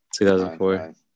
2004